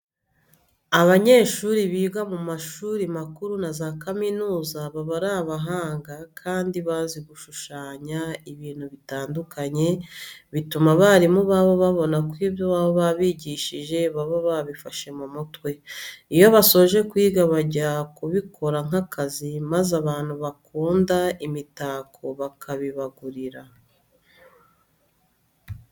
Abanyeshuri biga mu mashuri makuru na za kaminuza baba ari abahanga kandi bazi gushushanya ibintu bitandukanye, bituma abarimu babo babona ko ibyo baba babigishije baba babifashe mu mutwe. Iyo basoje kwiga bajya kubikora nk'akazi maze abantu bakunda imitako bakabibagurira.